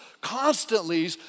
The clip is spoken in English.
constantly